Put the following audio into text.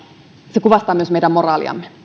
se kuvastaa myös meidän moraaliamme